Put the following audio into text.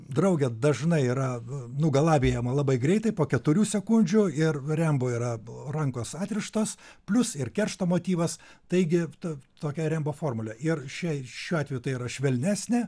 draugė dažnai yra nugalabijama labai greitai po keturių sekundžių ir rembo yra nu rankos atrištos plius ir keršto motyvas taigi aptu tokia rembo formulė ir šiai šiuo atveju tai yra švelnesnė